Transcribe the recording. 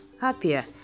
happier